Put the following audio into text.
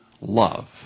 love